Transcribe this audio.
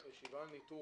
הישיבה לגבי ניטור